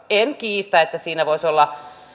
en kiistä että siinä voisi olla